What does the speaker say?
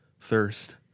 thirst